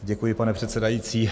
Děkuji, pane předsedající.